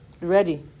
ready